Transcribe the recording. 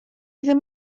ddim